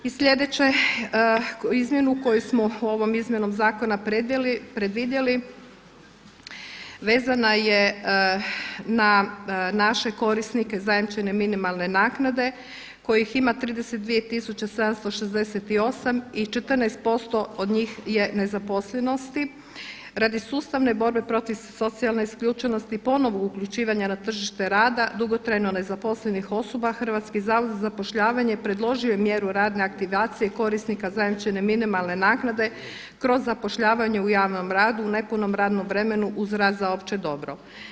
I sljedeće, izmjenu koju smo ovom izmjenom zakona predvidjeli vezana je na naše korisnike zajamčene minimalne naknade kojih ima 32 tisuće 768 i 14% od njih je nezaposlenosti, radi sustavne borbe protiv socijalne isključenosti ponovnog uključivanja na tržište rada, dugotrajno nezaposlenih osoba HZZ predložio je mjeru radne aktivacije korisnika zajamčene minimalne naknade kroz zapošljavanje u javnom radu i nepunom radnom vremenu uz rad za opće dobro.